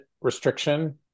restriction